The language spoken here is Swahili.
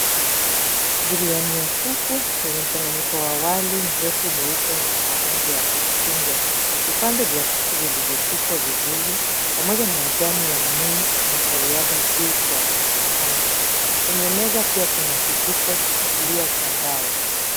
Biriani ya kuku na mchanganyiko wa wali mrefu mweupe na lina rangi ya chungwa. Vipande vya kuku vilivyopikwa vizuri pamoja na na majani ya mint na corriander juu ya mapambo. Kwenye meza pia kuna kijiko cha kukulia cha mbao.